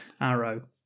arrow